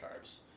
carbs